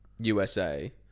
usa